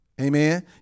Amen